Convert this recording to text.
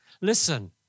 Listen